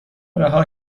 رها